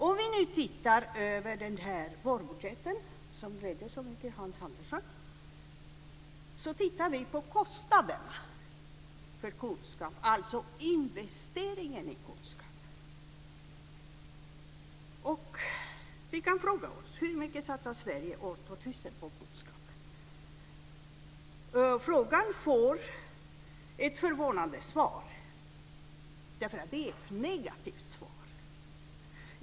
Om vi nu tittar på den här vårbudgeten som gläder Hans Andersson så mycket så kan vi titta på kostnaderna för kunskap, alltså investeringen i kunskap. Vi kan fråga oss hur mycket Sverige satsar år 2000 på kunskap. Frågan får ett förvånande svar, därför att det är ett negativt svar.